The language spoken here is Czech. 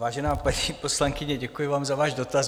Vážená paní poslankyně, děkuji vám za váš dotaz.